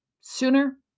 sooner